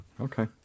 Okay